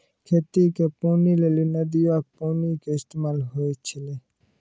खेती के पानी लेली नदीयो के पानी के इस्तेमाल होय छलै